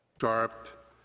Sharp